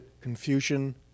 Confucian